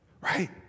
Right